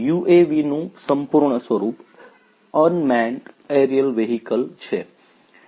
UAV નું સંપૂર્ણ સ્વરૂપ Unmanned Aerial Vehicle છે